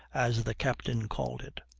as the captain called it.